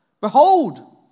Behold